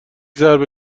ضربه